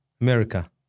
America